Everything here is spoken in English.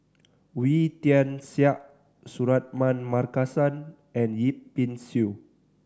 Wee Tian Siak Suratman Markasan and Yip Pin Xiu